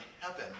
heaven